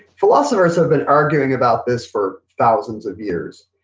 philosophers have been arguing about this for thousands of years.